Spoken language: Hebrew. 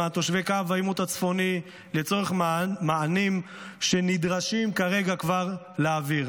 למען תושבי קו העימות הצפוני לצורך מענים שנדרש כבר כרגע להעביר.